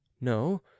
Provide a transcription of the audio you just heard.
No